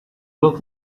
look